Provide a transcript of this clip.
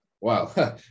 Wow